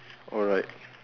alright